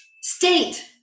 State